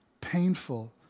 painful